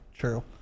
true